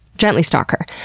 gently stalk her.